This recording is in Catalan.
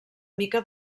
mica